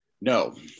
no